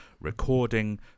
recording